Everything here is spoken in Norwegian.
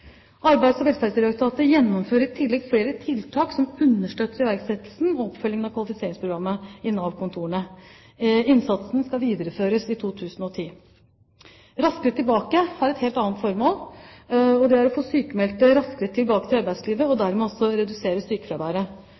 Arbeids- og velferdsdirektoratet gjennomfører i tillegg flere tiltak som understøtter iverksettelsen og oppfølgingen av kvalifiseringsprogrammet i Nav-kontorene. Innsatsen skal videreføres i 2010. Raskere tilbake har et helt annet formål. Det er å få sykmeldte raskere tilbake til arbeidslivet, og dermed også redusere sykefraværet.